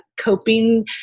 coping